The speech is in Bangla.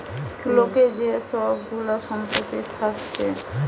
লোকের যে সব গুলা সম্পত্তি থাকছে